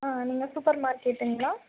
நீங்கள் சூப்பர் மார்க்கெட்டுங்களா